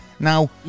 Now